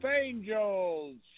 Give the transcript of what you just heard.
angels